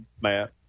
Matt